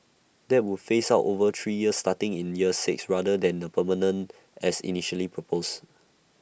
that would phase out over three years starting in year six rather than be permanent as initially proposed